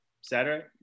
Saturday